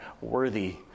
worthy